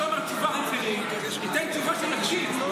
אתה אומר תשובה רצינית, לפחות תיתן תשובה שנקשיב.